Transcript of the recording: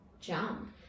jump